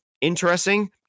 interesting